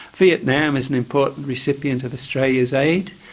vietnam is an important recipient of australia's aid,